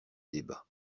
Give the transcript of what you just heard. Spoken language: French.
débat